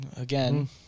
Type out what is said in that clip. again